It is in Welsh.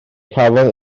cafodd